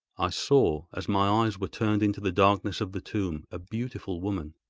i saw, as my eyes were turned into the darkness of the tomb, a beautiful woman,